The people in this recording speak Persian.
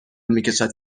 میکشد